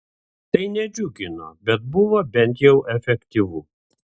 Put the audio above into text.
tai nedžiugino bet buvo bent jau efektyvu